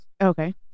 Okay